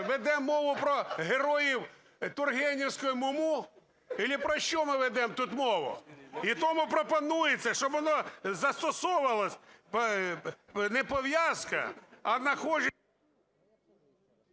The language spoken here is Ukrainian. ведемо мову про героїв тургенівського "Му-му" або про що ми ведемо тут мову? І тому пропонується, щоб воно застосовувалось, не пов'язка, а… ГОЛОВУЮЧИЙ.